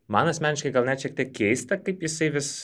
man asmeniškai gal net šiek tiek keista kaip jisai vis